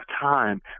time